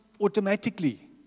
automatically